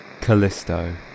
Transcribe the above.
Callisto